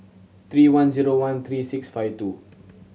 three one zero one three six five two